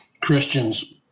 Christians